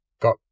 got